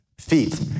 Feet